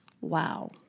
Wow